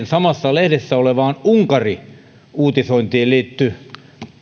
samassa lehdessä olevaan unkari uutisointiin liittyi